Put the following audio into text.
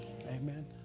Amen